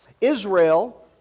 Israel